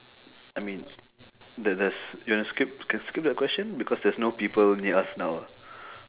I mean there there's you wanna skip can skip the question because there's no people near us now